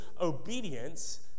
obedience